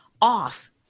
off